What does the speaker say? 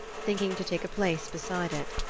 thinking to take a place beside it.